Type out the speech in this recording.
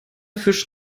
fisch